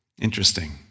Interesting